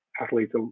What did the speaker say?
athletes